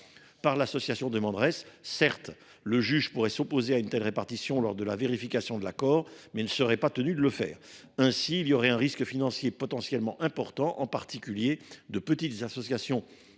par l’association demanderesse. Certes, le juge pourrait s’opposer à une telle répartition des frais lors de la vérification de l’accord, mais il ne serait pas tenu de le faire. Ainsi existe t il un risque financier potentiellement important ; en particulier, de petites associations,